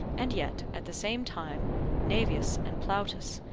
and yet at the same time naevius and plautus,